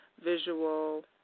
visual